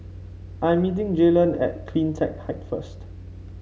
I'm meeting Jaylan at CleanTech Height first